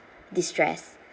destress